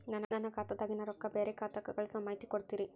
ನನ್ನ ಖಾತಾದಾಗಿನ ರೊಕ್ಕ ಬ್ಯಾರೆ ಖಾತಾಕ್ಕ ಕಳಿಸು ಮಾಹಿತಿ ಕೊಡತೇರಿ?